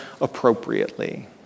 appropriately